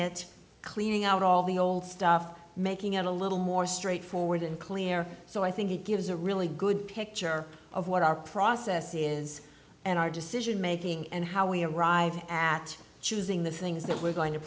it cleaning out all the old stuff making it a little more straightforward and clear so i think it gives a really good picture of what our process is and our decision making and how we arrive at choosing the things that we're going to